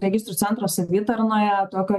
registrų centro savitarnoje tokio